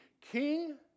king